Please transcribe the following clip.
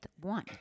one